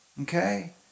okay